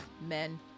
Men